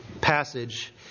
passage